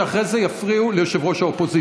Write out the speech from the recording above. ואחרי זה יפריעו לראש האופוזיציה.